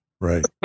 Right